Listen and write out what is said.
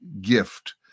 gift